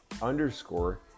underscore